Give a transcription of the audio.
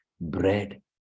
bread